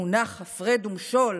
המונח "הפרד ומשול"